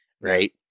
right